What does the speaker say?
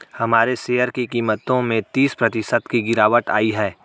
हमारे शेयर की कीमतों में तीस प्रतिशत की गिरावट आयी है